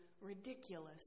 ridiculous